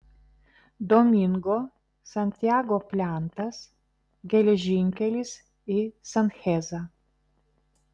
domingo santiago plentas geležinkelis į sanchezą